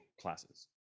classes